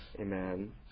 Amen